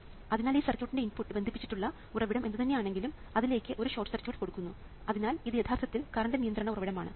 അതിനാൽ ഈ സർക്യൂട്ടിന്റെ ഇൻപുട്ട് ബന്ധിപ്പിച്ചിട്ടുള്ള ഉറവിടം എന്തുതന്നെ ആണെങ്കിലും അതിലേക്ക് ഒരു ഷോർട്ട് സർക്യൂട്ട് കൊടുക്കുന്നു അതിനാൽ ഇത് യഥാർത്ഥത്തിൽ കറണ്ട് നിയന്ത്രണ ഉറവിടമാണ്